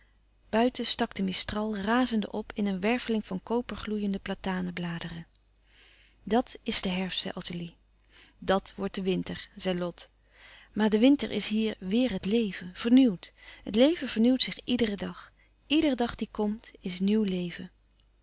buiten stak de mistral razende op in een werveling van kopergloeiende platanenbladeren dat is de herfst zei ottilie dat wordt de winter zei lot maar de winter is hier weêr het leven vernieuwd het leven vernieuwt zich iederen dag iedere dag die komt is nieuw leven